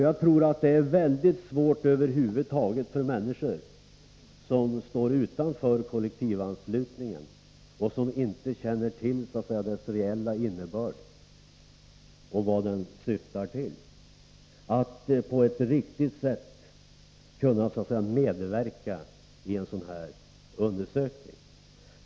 Jag tror att det är svårt för människor som står utanför kollektivanslutningen och som inte känner till dess reella innebörd och vad den syftar till att på ett riktigt sätt medverka i en sådan undersökning.